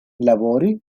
labori